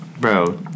Bro